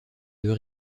deux